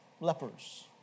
Lepers